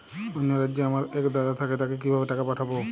অন্য রাজ্যে আমার এক দাদা থাকে তাকে কিভাবে টাকা পাঠাবো?